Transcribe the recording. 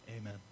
amen